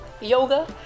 yoga